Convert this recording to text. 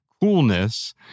coolness